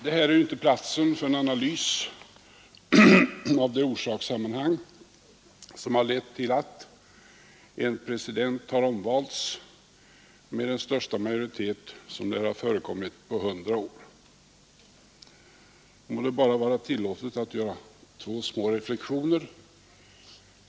Det här är ju inte platsen för en analys av de orsakssammanhang som lett till att en president har omvalts med den största majoritet som lär ha förekommit på 100 år. Må det bara vara tillåtet att göra två små reflexioner.